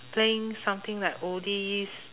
playing something like oldies